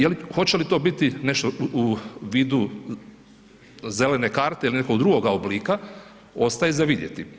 Jel hoće li to biti nešto u vidu zelene karte ili nekoga drugoga oblika, ostaje za vidjeti.